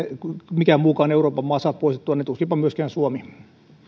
mikään muukaan euroopan maa saa poistettua niin tuskinpa myöskään suomi